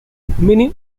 many